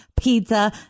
pizza